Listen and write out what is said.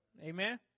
Amen